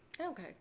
okay